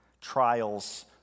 trials